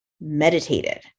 meditated